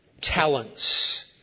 talents